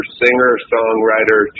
singer-songwriter